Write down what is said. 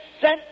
sent